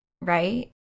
right